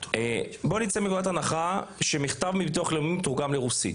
בואו נצא מנקודת הנחה שמכתב מביטוח לאומי מתורגם לרוסית